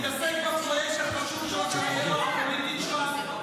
תתעסק בפרויקט החשוב לקריירה הפוליטית שלך,